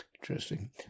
Interesting